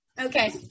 okay